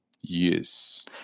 Yes